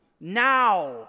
Now